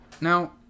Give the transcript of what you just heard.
now